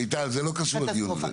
מיטל, זה לא קשור לדיון הזה.